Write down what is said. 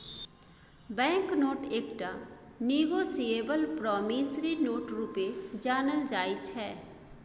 bank note एकटा negotiable promissory note रुपे जानल जाइ छै